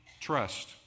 trust